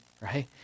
right